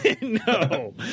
No